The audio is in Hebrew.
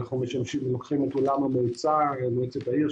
ואנחנו לוקחים את אולם מועצת העיר,